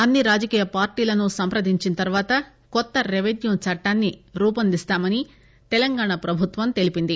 అన్సి రాజకీయ పార్టీలను సంప్రదించిన తరువాత కొత్త రెవిన్యూ చట్టాన్సి రూపొందిస్తామని తెలంగాణ ప్రభుత్వం తెలిపింది